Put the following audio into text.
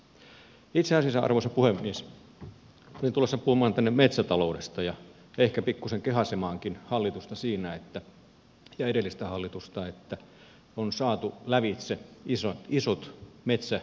itse asiassa arvoisa puhemies olin tulossa puhumaan tänne metsätaloudesta ja ehkä pikkuisen kehaisemaankin hallitusta ja edellistä hallitusta siinä että on saatu lävitse isot metsälakipaketit